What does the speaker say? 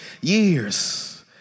years